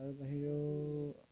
তাৰ বাহিৰেও